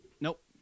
nope